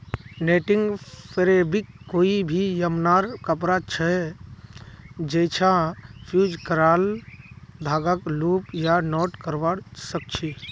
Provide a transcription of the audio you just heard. netting fabric कोई भी यममन कपड़ा छ जैइछा फ़्यूज़ क्राल धागाक लूप या नॉट करव सक छी